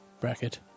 bracket